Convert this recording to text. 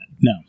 No